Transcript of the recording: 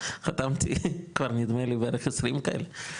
חתמתי כבר נדמה לי בערך עשרים כאלה,